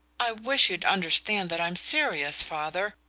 i wish you'd understand that i'm serious, father.